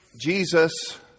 Jesus